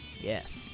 Yes